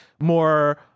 more